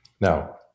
Now